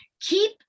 keep